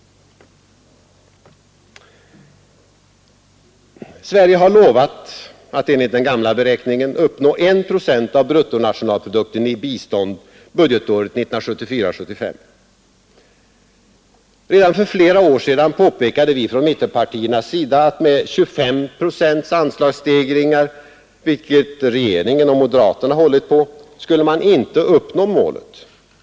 Sverige har lovat att enligt den gamla beräkningen uppnå 1 procent av bruttonationalprodukten i bistånd budgetåret 1974/75. Redan för flera år sedan påpekade vi från mittenpartierna att med 25 procents anslagsstegring — som regeringen och moderaterna har hållit på — skulle man inte uppnå det målet.